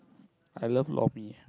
I love lor mee